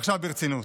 ועכשיו ברצינות: